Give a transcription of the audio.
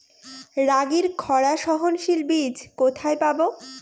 রাগির খরা সহনশীল বীজ কোথায় পাবো?